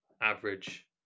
average